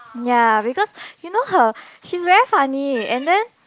ya because you know how she's very funny and then